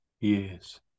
Yes